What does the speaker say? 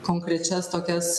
konkrečias tokias